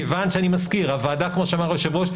כיוון שכמו שאמר היושב-ראש,